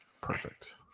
Perfect